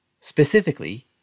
Specifically